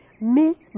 Miss